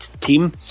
team